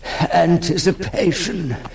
anticipation